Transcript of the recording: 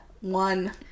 One